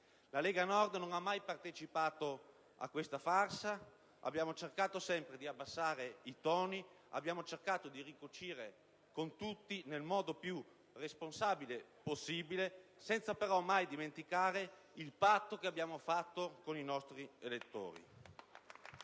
La Lega Nord non ha mai partecipato a questa farsa: abbiamo sempre cercato di abbassare i toni e abbiamo cercato di ricucire con tutti, nel modo più responsabile possibile, senza però mai dimenticare il patto stretto con i nostri elettori.